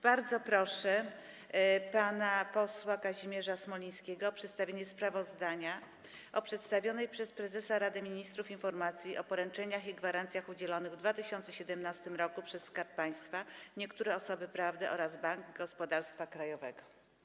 Bardzo proszę pana posła Kazimierza Smolińskiego o przedstawienie sprawozdania o przedstawionej przez prezesa Rady Ministrów „Informacji o poręczeniach i gwarancjach udzielonych w 2017 roku przez Skarb Państwa, niektóre osoby prawne oraz Bank Gospodarstwa Krajowego”